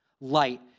light